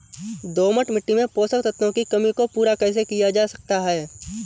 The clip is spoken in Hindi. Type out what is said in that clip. दोमट मिट्टी में पोषक तत्वों की कमी को पूरा कैसे किया जा सकता है?